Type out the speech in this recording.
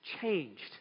changed